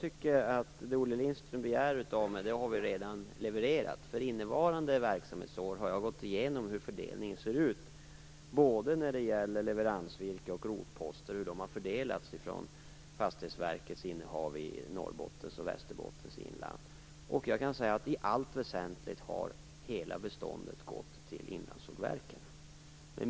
Herr talman! Jag tycker att vi redan har levererat det som Olle Lindström begär. Jag har gått igenom hur fördelningen ser ut för innevarande verksamhetsår när det gäller hur leveransvirke och rotposter har fördelats från Fastighetsverkets innehav i Norrbottens och Västerbottens inland. I allt väsentligt har hela beståndet gått till inlandssågverken.